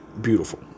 beautiful